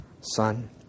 Son